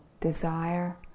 Desire